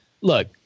Look